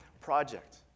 project